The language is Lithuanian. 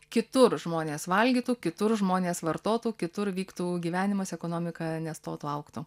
kitur žmonės valgytų kitur žmonės vartotų kitur vyktų gyvenimas ekonomika nestotų augtų